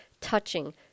touching